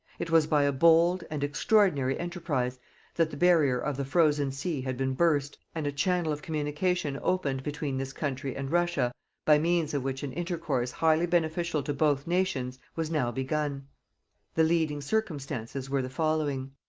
it was by a bold and extraordinary enterprise that the barrier of the frozen sea had been burst, and a channel of communication opened between this country and russia by means of which an intercourse highly beneficial to both nations was now begun the leading circumstances were the following.